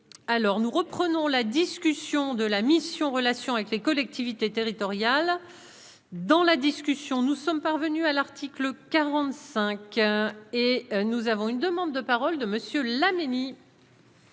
alors nous reprenons la discussion de la mission Relations avec les collectivités territoriales dans la discussion, nous sommes parvenus à l'article 45 et nous avons une demande de parole de monsieur Laménie.